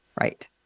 Right